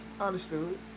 Understood